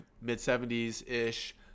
mid-70s-ish